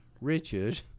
Richard